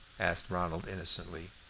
asked ronald, innocently.